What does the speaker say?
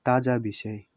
ताजा विषय